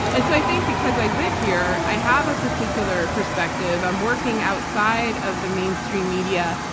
and so i think because i live here, i have a particular perspective. i'm working outside of the mainstream media.